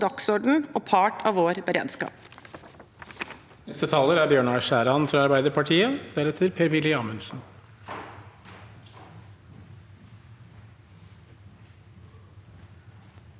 dagsordenen og en part av vår beredskap.